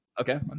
Okay